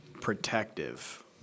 protective